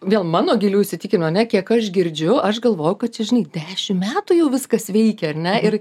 vėl mano giliu įsitikinimu ane kiek aš girdžiu aš galvojau kad čia žinai dešimt metų jau viskas veikia ar ne ir